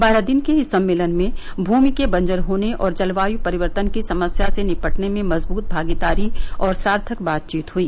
बारह दिन के इस सम्मेलन में भूमि के बंजर होने और जलवायु परिवर्तन की समस्या से निपटने में मजबूत भागीदारी और सार्थक बातचीत हुई